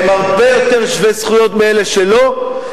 הם הרבה יותר שווי זכויות מאלה שלא,